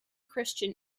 christian